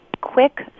quick